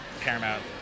Paramount